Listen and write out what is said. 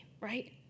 right